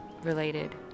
related